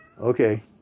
Okay